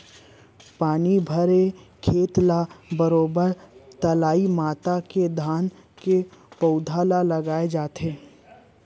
पानी भरे खेत ल बरोबर लई मता के धान के पउधा ल लगाय जाथे